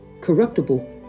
corruptible